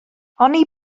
oni